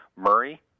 Murray